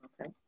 Okay